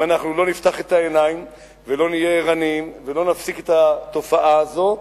אם אנחנו לא נפתח את העיניים ולא נהיה ערניים ולא נפסיק את התופעה הזו,